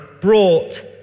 brought